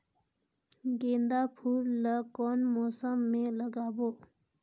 गेंदा फूल ल कौन मौसम मे लगाबो?